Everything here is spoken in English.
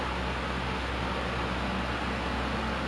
so ya a lot of shit also is like content heavy lah